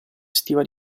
estiva